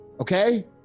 okay